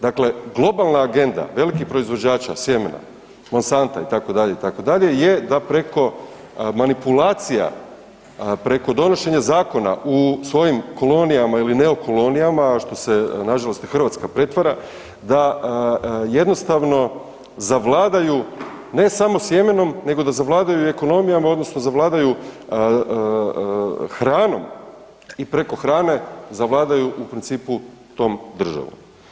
Dakle, globalna agenda velikih proizvođača sjemena Monsanto itd., itd., je da preko manipulacija, preko donošenja zakona u svojim kolonijama ili neokolonijama u što se nažalost i Hrvatska pretvara da jednostavno zavladaju ne samo sjemenom nego da zavladaju i ekonomijama odnosno zavladaju hranom i preko hrane zavladaju u principu tom državom.